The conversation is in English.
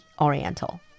oriental